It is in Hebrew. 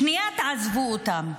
שנייה תעזבו אותם.